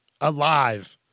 alive